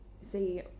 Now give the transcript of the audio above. see